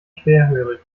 schwerhörig